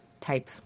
type